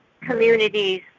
communities